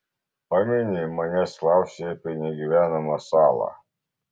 pameni manęs klausei apie negyvenamą salą